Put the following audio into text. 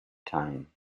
tyne